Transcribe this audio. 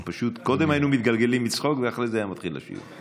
קודם היינו מתגלגלים מצחוק ואחרי זה היה מתחיל לשיר.